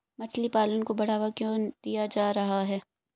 मछली पालन को बढ़ावा क्यों दिया जा रहा है?